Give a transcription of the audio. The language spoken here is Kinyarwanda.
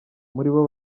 muribo